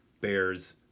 Bears